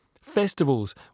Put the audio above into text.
festivals